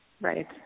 Right